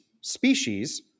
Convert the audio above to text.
species